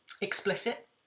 explicit